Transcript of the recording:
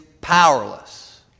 powerless